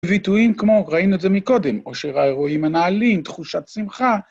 ביטויים כמו, ראינו את זה מקודם, אושר האירועים הנעלים, תחושת שמחה.